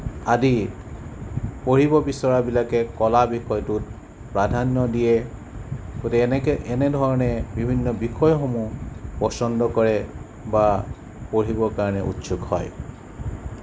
আদিত পঢ়িব বিচৰাবিলাকে কলা বিষয়টোত প্ৰাধান্য দিয়ে গতিকে এনেকৈ এনেধৰণে বিভিন্ন বিষয়সমূহ পচন্দ কৰে বা পঢ়িবৰ কাৰণে উচ্ছুক হয়